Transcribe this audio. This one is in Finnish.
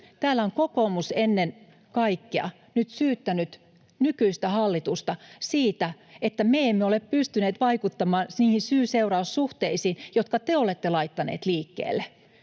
Täällä on ennen kaikkea kokoomus nyt syyttänyt nykyistä hallitusta siitä, että me emme ole pystyneet vaikuttamaan niihin syy— seuraus-suhteisiin, jotka te olette laittaneet liikkeelle.